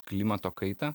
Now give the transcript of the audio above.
klimato kaitą